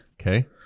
Okay